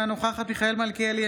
אינה נוכחת מיכאל מלכיאלי,